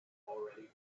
already